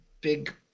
big